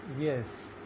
Yes